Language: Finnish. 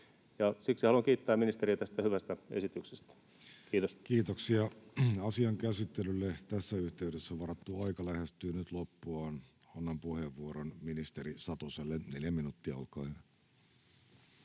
siksi haluan kiittää ministeriä tästä hyvästä esityksestä. — Kiitos. Kiitoksia. — Asian käsittelylle tässä yhteydessä varattu aika lähestyy nyt loppuaan. Annan puheenvuoron ministeri Satoselle, neljä minuuttia, olkaa hyvä.